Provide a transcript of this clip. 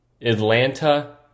Atlanta